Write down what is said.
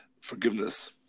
forgiveness